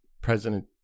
President